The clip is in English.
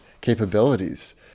capabilities